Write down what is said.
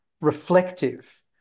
reflective